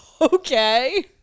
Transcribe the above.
Okay